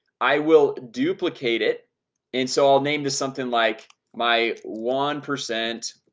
i will duplicate it and so i'll name this something like my one percent